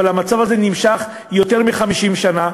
אבל המצב הזה נמשך יותר מ-50 שנה,